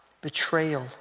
betrayal